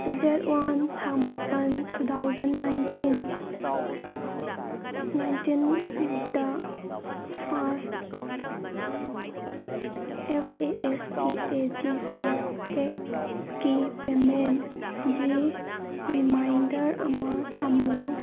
date one ꯊꯥ ꯃꯥꯄꯟ two thousand nineteen ꯅꯥꯏꯟꯇꯤꯟꯗ ꯐꯥꯁ F A S T A G ꯐꯥꯁꯇꯦꯛꯀꯤ ꯄꯦꯃꯦꯟꯒꯤ ꯔꯤꯃꯥꯏꯟꯗꯔ ꯑꯃ ꯊꯝꯃꯨ